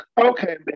Okay